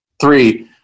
three